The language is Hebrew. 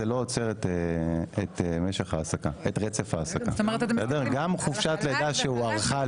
זה לא עוצר את רצף העסקה גם חופשת לידה שהוארכה,